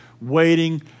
waiting